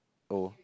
oh